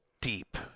deep